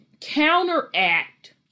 counteract